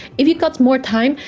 if you got more time,